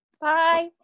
Bye